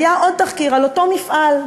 היה עוד תחקיר, על אותו מפעל.